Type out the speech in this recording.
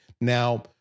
Now